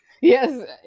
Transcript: Yes